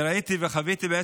אני ראיתי וחוויתי.